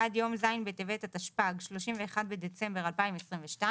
עד יום זק בטבת התשפ"ג (31 בדצמבר 2022)